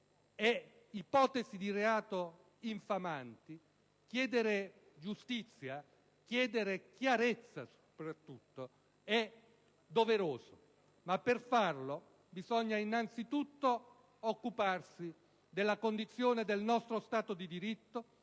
e ipotesi di reato infamanti, chiedere giustizia, chiedere chiarezza, soprattutto, è doveroso, ma per farlo bisogna innanzitutto occuparsi della condizione del nostro Stato di diritto,